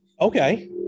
Okay